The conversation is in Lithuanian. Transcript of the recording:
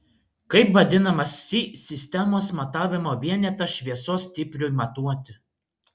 kaip vadinamas si sistemos matavimo vienetas šviesos stipriui matuoti